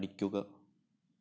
പഠിക്കുക